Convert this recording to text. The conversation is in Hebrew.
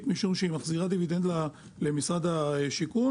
משום שהיא מחזירה דיבידנד למשרד השיכון.